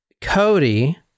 Cody